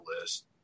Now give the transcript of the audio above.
list